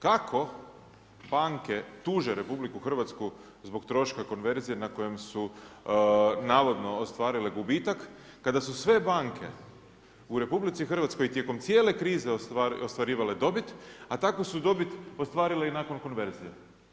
Kako banke tuže RH zbog troška konverzije nad kojem su navodno ostvarile gubitak, kada su sve banke u RH tijekom cijele krize ostvarivale dobit, a takvu su dobit ostvarile i nakon konverzije.